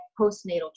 postnatal